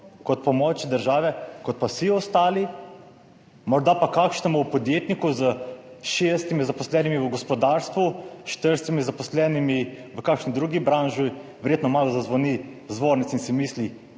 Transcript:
kot pomoč države in pa vsi ostali, morda pa kakšnemu podjetniku s 60 zaposlenimi v gospodarstvu, 40 zaposlenimi v kakšni drugi branži verjetno malo zazvoni zvonec in si misli,